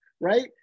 right